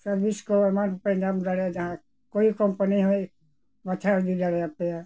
service ᱠᱚ ᱮᱢᱟᱱ ᱠᱚᱯᱮ ᱧᱟᱢ ᱫᱟᱲᱮᱭᱟᱜᱼᱟ ᱡᱟᱦᱟᱸ ᱠᱚᱢᱯᱟᱱᱤ ᱦᱳᱭ ᱵᱟᱪᱷᱟᱣ ᱤᱫᱤ ᱫᱮᱭᱟᱱᱮᱯᱟᱭ